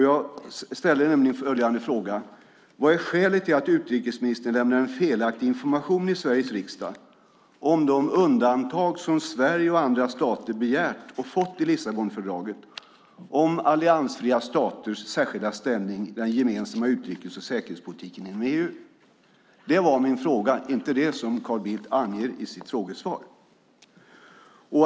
Jag ställde nämligen följande fråga: Vad är skälet till att utrikesministern lämnar felaktig information i Sveriges riksdag om de undantag som Sverige och andra stater begärt och fått i Lissabonfördraget om alliansfria staters särskilda ställning i den gemensamma utrikes och säkerhetspolitiken inom EU? Det var min fråga, inte det som Carl Bildt anger i sitt interpellationssvar.